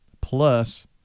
plus